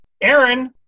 Aaron